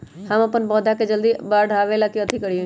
हम अपन पौधा के जल्दी बाढ़आवेला कथि करिए?